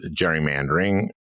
gerrymandering